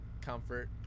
comfort